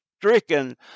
stricken